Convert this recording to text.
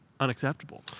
Unacceptable